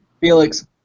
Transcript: Felix